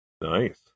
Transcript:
Nice